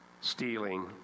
stealing